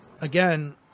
again